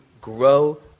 grow